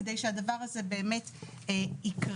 כדי שהדבר הזה באמת יקרה.